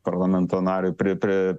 parlamento nariui pri pri